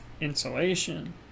insulation